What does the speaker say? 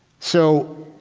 so,